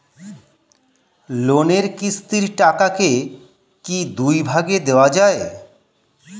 লোনের কিস্তির টাকাকে কি দুই ভাগে দেওয়া যায়?